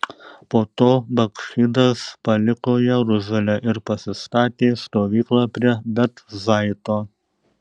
po to bakchidas paliko jeruzalę ir pasistatė stovyklą prie bet zaito